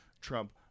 trump